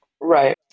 Right